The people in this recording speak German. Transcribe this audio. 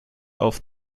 auf